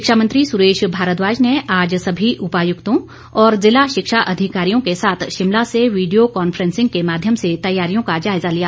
शिक्षा मंत्री स्रेश भारद्वाज ने आज सभी उपायुक्तों और ज़िला शिक्षा अधिकारियों के साथ शिमला से वीडियो कांफ़ेंसिंग के माध्यम से तैयारियों का जायज़ा लिया